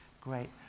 great